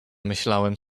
myślałem